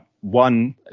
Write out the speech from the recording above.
one